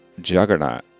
Juggernaut